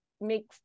make